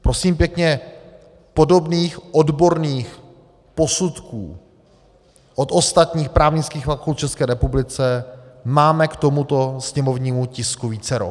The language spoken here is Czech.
Prosím pěkně, podobných odborných posudků od ostatních právnických fakult v České republice máme k tomuto sněmovnímu tisku vícero.